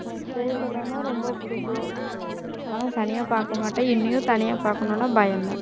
எனக்கு பேய் படோம்னா ரொம்ப பிடிக்கும் ஆனால் தனியாக பார்க்க மாட்டேன் இன்னையும் தனியாக பார்க்கணுன்னா பயோம்தான்